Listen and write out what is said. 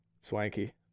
Swanky